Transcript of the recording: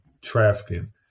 trafficking